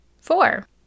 Four